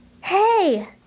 Hey